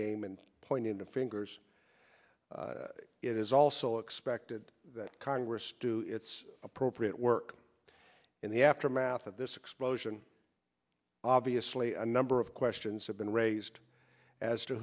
game and pointing fingers it is also expected that congress do its appropriate work in the aftermath of this explosion obviously a number of questions have been raised as to